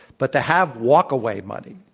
but to have walk-away money,